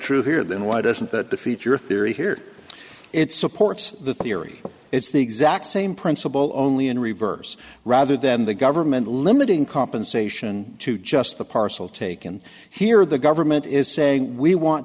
true here then why doesn't that defeat your theory here it supports the theory it's the exact same principle only in reverse rather than the government limiting compensation to just the parcel taken here the government is saying we want